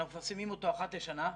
אנחנו מפרסמים אותו אחת לשנה,